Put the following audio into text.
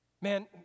Man